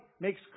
makes